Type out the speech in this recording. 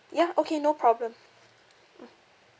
ya okay no problem mm